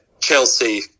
Chelsea